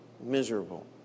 miserable